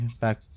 back